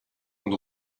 und